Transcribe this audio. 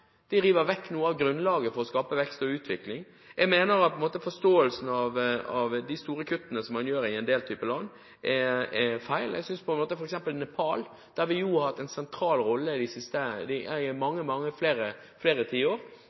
De river vekk noe av grunnlaget for å skape vekst og utvikling. Jeg mener at de store kuttene man gjør i en del land, er feil. I Nepal har vi hatt en sentral rolle i flere tiår. Der er nettopp utdanningsbistand en av de tingene som står i